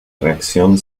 reacción